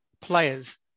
players